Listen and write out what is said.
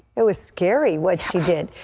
it was scary what she did.